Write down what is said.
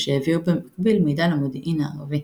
ושהעביר במקביל מידע למודיעין הערבי.